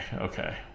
okay